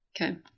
Okay